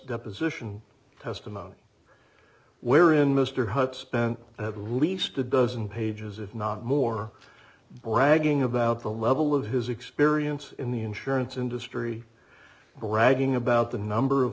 deposition testimony wherein mr hutt spent at least a dozen pages if not more bragging about the level of his experience in the insurance industry bragging about the number of